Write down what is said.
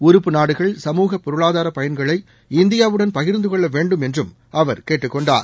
உறப்பு நாடுகள் சமூக பொருளாதாரபயன்களை இந்தியாவுடன் பகிர்ந்துகொள்ளவேண்டும் என்றும் அவர் கேட்டுக்கொண்டார்